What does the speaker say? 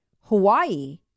Hawaii